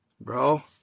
Bro